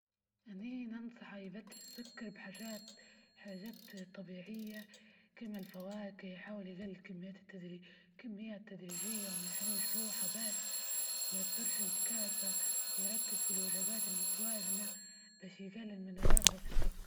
إني إنصحة يبدل السكر بحاجات- حاجات- طبيعية كما الفواكه، يحاول يجلل كميات التدري- كميات تدريجية وما يحرمش روحها باش ما تصيرش إنتكاسة، يرتب في الوجبات المتوازنة باش يجلل من الرغبة في السكر.